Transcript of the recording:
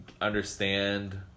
understand